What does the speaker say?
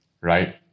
right